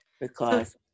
because-